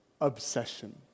obsession